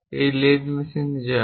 এই লেদ মেশিনে যা হয়